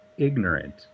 ignorant